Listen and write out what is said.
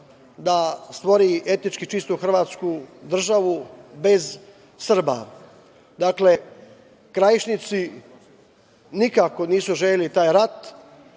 da stvori etički čistu Hrvatsku državu bez Srba. Dakle, Krajišnici nikako nisu želeli taj rat.